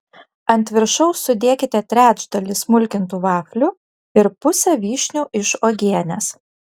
ant viršaus sudėkite trečdalį smulkintų vaflių ir pusę vyšnių iš uogienės